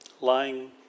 lying